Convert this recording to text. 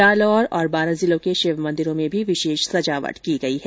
जालौर और बारा जिलों के शिव मंदिरों में भी विशेष सजावट की गई है